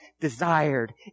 desired